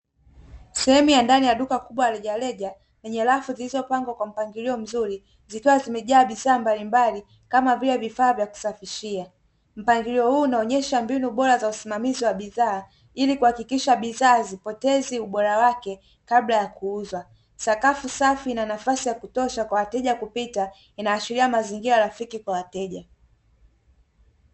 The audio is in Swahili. Sehemu ya ndani ya duka la rejareja lenye rafu zilizopangwa kwa mpangilio mzuri, zikiwa zimejaa bidhaa mbalimbali kama vile vifaa vya kusafishia. mpangilio huu zinaonesha mbinu bora za usimamizi wa bidhaa ili kuhakikisha bidhaa hazipotezi ubora wake kabla ya kuuzwa sakafu safu ina nafasi ya kutosha wateja kupita inaashiria mazingira rafiki kwa wateja.